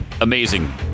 amazing